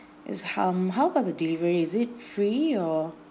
yes how m~ how about the delivery is it free or